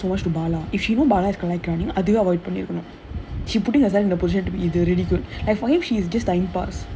she shouldn't attach herself too much to bala if she knows bala is அதே அளவுக்கு:adhae alavukku she putting herself in a position that to be either really good like for him she is just dying pass